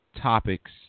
topics